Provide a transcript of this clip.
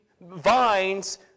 vines